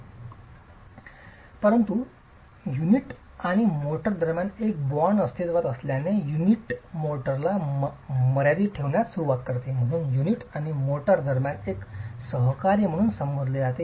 म्हणून परंतु युनिट आणि मोर्टार दरम्यान एक बॉन्ड अस्तित्त्वात असल्याने युनिट मोर्टारला मर्यादीत ठेवण्यास सुरवात करते म्हणूनच युनिट आणि मोर्टार दरम्यान एक सह कार्य म्हणून संबोधले जाते